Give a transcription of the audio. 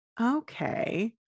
okay